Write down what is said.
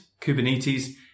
kubernetes